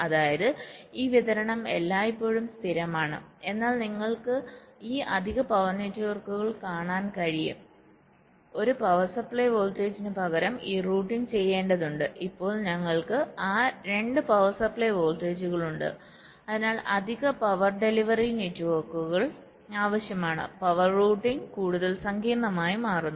അതായത് ഈ വിതരണം എല്ലായ്പ്പോഴും സ്ഥിരമാണ് എന്നാൽ നിങ്ങൾക്ക് ഈ അധിക പവർ നെറ്റ്വർക്കുകൾ കാണാൻ കഴിയുംഒരു പവർ സപ്ലൈ വോൾട്ടേജിന് പകരം ഈ റൂട്ടിംഗ് ചെയ്യേണ്ടതുണ്ട് ഇപ്പോൾ ഞങ്ങൾക്ക് രണ്ട് പവർ സപ്ലൈ വോൾട്ടേജുകൾ ഉണ്ട് അതിനാൽ അധിക പവർ ഡെലിവറി നെറ്റ്വർക്കുകൾ ആവശ്യമാണ് പവർ റൂട്ടിംഗ് കൂടുതൽ സങ്കീർണ്ണമായി മാറുന്നു